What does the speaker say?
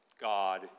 God